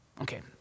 Okay